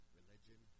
religion